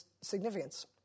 significance